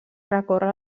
recórrer